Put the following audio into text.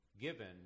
given